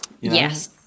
Yes